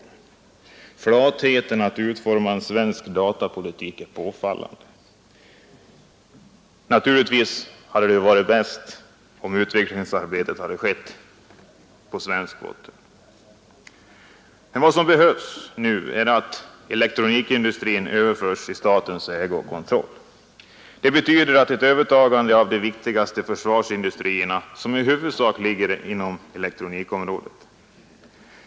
Underlåtenheten att utforma en svensk datapolitik är påfallande. Naturligtvis hade det varit bäst om utvecklingsarbetet skett inom svenska företag. Vad som nu behövs är att elektronikindustrin överförs i statens ägo. Det betyder ett statligt övertagande av de viktigaste försvarsindustrierna, som i huvudsak ligger inom elektronikområdet.